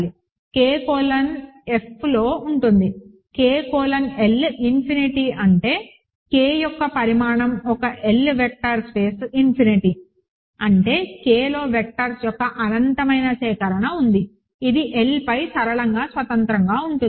K colon Fలో ఉంటుంది K colon L infinity అంటే K యొక్క పరిమాణం ఒక L వెక్టర్ స్పేస్ ఇన్ఫినిటీ అంటే K లో వెక్టర్స్ యొక్క అనంతమైన సేకరణ ఉంది ఇది L పై సరళంగా స్వతంత్రంగా ఉంటుంది